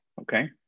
okay